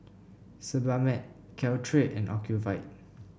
Sebamed Caltrate and Ocuvite